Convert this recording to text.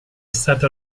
stata